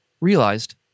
realized